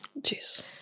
jeez